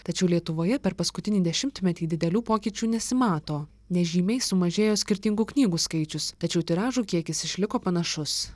tačiau lietuvoje per paskutinį dešimtmetį didelių pokyčių nesimato nežymiai sumažėjo skirtingų knygų skaičius tačiau tiražų kiekis išliko panašus